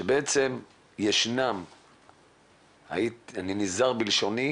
מה שקורה בשטח, שבעצם ישנם ואני נזהר בלשוני,